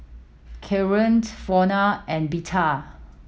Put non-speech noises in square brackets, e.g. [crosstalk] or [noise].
Kaaren [unintelligible] Frona and Berta